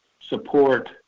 support